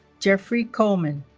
geoffrey coleman